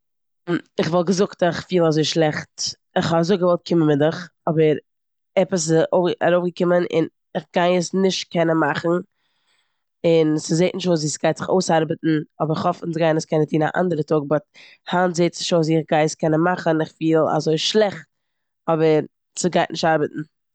כ'וואלט געזאגט איך פיל אזוי שלעכט, כ'האב אזוי געוואלט קומען מיט דיך אבער עפעס איז אוי- ארויפגעקומען און איך גיי עס נישט קענען מאכן און ס'זעט נישט אויס ווי ס'גייט זיך אויסארבעטן אבער כ'האף אונז גייען עס קענען טון א אנדערע טאג באט היינט זעט עס נישט אויס ווי כ'גיי עס קענען מאכן. כ'פיל אזוי שלעכט אבער ס'גייט נישט ארבעטן.